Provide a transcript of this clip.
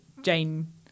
Jane